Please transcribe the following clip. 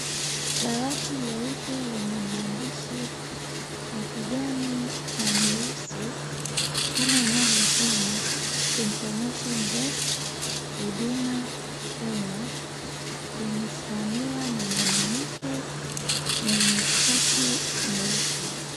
Dawati leupe lenye mahandishi ya kijani na meusi kama inavyosomwa, "Information Desk, Huduma Kenya." Imesimamiwa na mwanamke mwenye skati nyeusi.